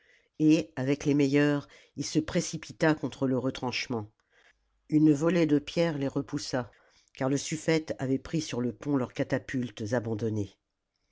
et avec les meilleurs il se précipita contre le retranchement une volée de pierres les repoussa car le suflfète avait pris sur le pont leurs catapultes abandonnées